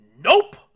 nope